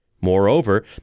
Moreover